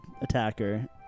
attacker